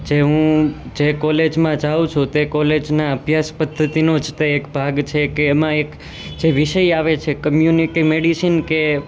જે હું જે કોલેજમાં જાઉં છું તે કોલેજના અભ્યાસ પદ્ધતિનો જ તે એક ભાગ છે કે એમાં એક જે વિષય આવે છે કમ્યુનિટી મેડિસિન કે